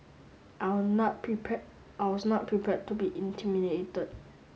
I were not prepare I was not prepared to be intimidated